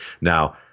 Now